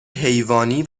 حیوانی